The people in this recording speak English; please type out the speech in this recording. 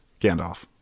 Gandalf